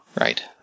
Right